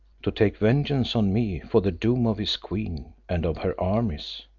to take vengeance on me for the doom of his queen and of her armies,